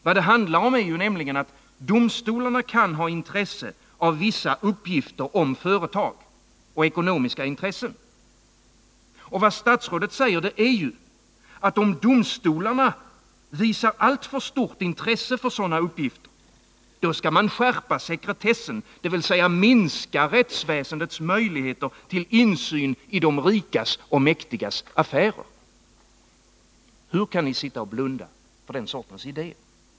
Vad det handlar om är nämligen att domstolarna kan ha intresse av vissa uppgifter om företag och ekonomiska intressen. Och vad statsrådet säger är ju, att om NF 27 domstolarna visar alltför stort intresse för sådana uppgifter, så skall man Onsdagen den skärpa sekretessen, dvs. minska rättsväsendets möjligheter till insyn i de 19 november 1980 rikas och mäktigas affärer. Hur kan ni sitta och blunda för den sortens idéer?